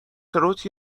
تروت